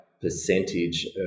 percentage